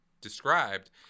described –